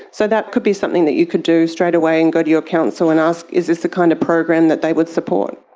so that could be something that you could do straight away and go to your council and ask is this the kind of program that they would support.